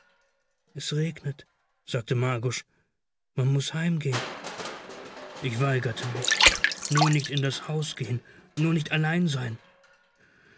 es regnet sagte margusch man muß heimgehen ich weigerte mich nur nicht in das haus gehen nur nicht allein sein